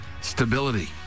stability